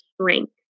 strength